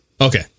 Okay